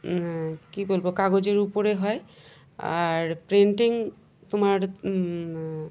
কী বলবো কাগজের উপরে হয় আর প্রিন্টিং তোমার